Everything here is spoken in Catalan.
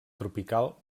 tropical